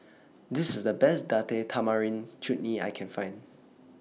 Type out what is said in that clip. This IS The Best Date Tamarind Chutney that I Can Find